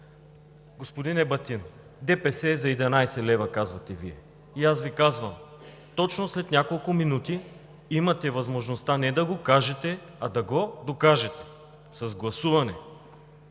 Господин Ебатин, ДПС е за 11 лв., казвате Вие. Аз Ви казвам: точно след няколко минути имате възможността не да го кажете, а да го докажете с гласуване,